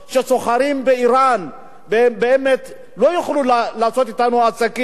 שסוחרים באירן באמת לא יוכלו לעשות אתנו עסקים,